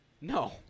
No